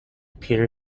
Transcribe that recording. peter